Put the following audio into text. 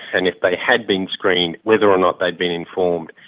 and if they had been screened, whether or not they had been informed.